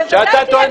בוודאי שיש בזה פסול.